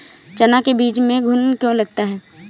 चना के बीज में घुन क्यो लगता है?